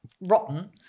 rotten